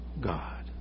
God